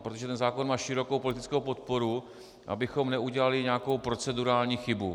protože ten zákon má širokou politickou podporu, abychom neudělali nějakou procedurální chybu.